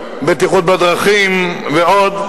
בטיחות בדרכים ועוד.